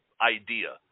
idea